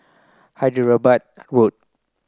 Hyderabad Road